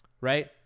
right